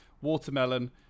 watermelon